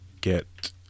get